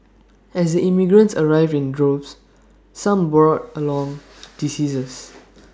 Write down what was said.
as the immigrants arrived in droves some brought along diseases